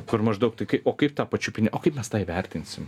kur maždaug tai kai o kaip tą pačiupinėt o kaip mes tą įvertinsim